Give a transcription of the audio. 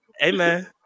Amen